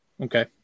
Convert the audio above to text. okay